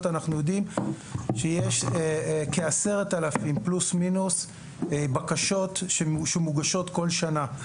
אנחנו יודעים שיש כ-10,000 פלוס-מינוס בקשות שמוגשות כל שנה.